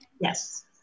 Yes